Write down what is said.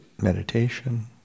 meditation